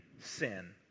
sin